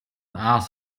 ass